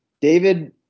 David